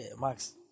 Max